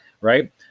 right